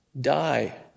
die